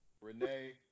Renee